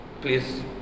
please